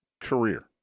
career